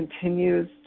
continues